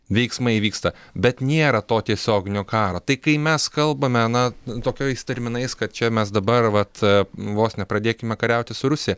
veiksmai vyksta bet nėra to tiesioginio karo tai kai mes kalbame na tokiais terminais kad čia mes dabar vat vos nepradėkime kariauti su rusija